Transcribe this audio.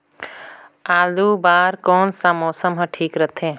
आलू बार कौन सा मौसम ह ठीक रथे?